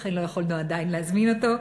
לכן לא יכולנו עדיין להזמין אותו.